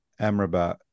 Amrabat